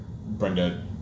Brenda